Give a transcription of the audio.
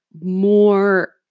more